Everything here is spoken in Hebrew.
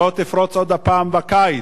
לא תפרוץ עוד הפעם בקיץ.